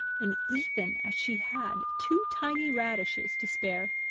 and even, as she had two tiny radishes to spare,